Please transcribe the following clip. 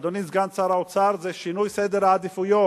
אדוני סגן שר האוצר, זה שינוי סדר העדיפויות.